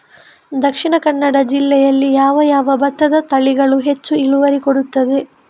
ದ.ಕ ಜಿಲ್ಲೆಯಲ್ಲಿ ಯಾವ ಯಾವ ಭತ್ತದ ತಳಿಗಳು ಹೆಚ್ಚು ಇಳುವರಿ ಕೊಡುತ್ತದೆ?